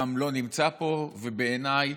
גם לא נמצא פה, ובעיניי,